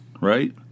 right